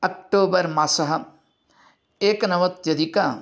October मासः एकनवत्यधिक